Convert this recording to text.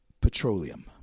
Petroleum